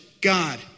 God